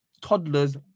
toddlers